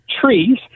trees